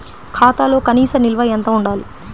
ఖాతాలో కనీస నిల్వ ఎంత ఉండాలి?